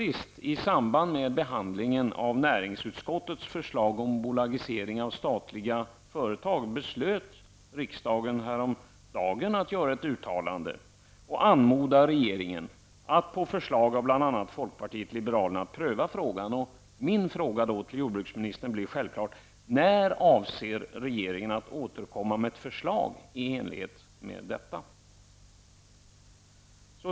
I samband med behandlingen av näringsutskottets förslag om bolagisering av statliga företag beslöt faktiskt riksdagen häromdagen att göra ett uttalande och anmodar regeringen -- bl.a. efter förslag från folkpartiet liberalerna -- att pröva frågan. Min fråga till jordbruksministern blir självklar: När avser regeringen att återkomma med ett förslag i enlighet med detta?